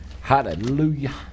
Hallelujah